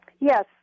Yes